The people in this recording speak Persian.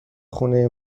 خونه